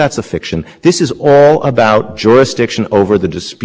be necessary before this kind of theory was adopted by the commission in a r